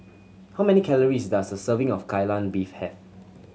how many calories does a serving of Kai Lan Beef have